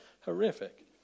horrific